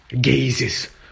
gazes